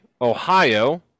Ohio